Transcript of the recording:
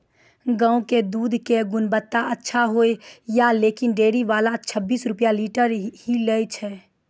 गांव के दूध के गुणवत्ता अच्छा होय या लेकिन डेयरी वाला छब्बीस रुपिया लीटर ही लेय छै?